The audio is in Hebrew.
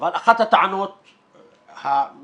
אבל אחת הטענות המעטות